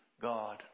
God